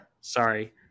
Sorry